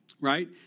Right